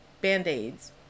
Band-Aids